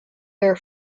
their